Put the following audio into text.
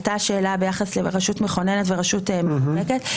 עלתה שאלה ביחס לרשות מכוננת ורשות מחוקקת.